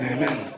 Amen